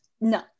no